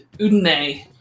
Udine